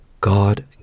God